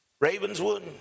Ravenswood